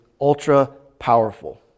ultra-powerful